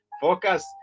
Focus